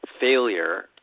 failure